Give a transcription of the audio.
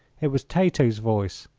it was tato's voice,